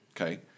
Okay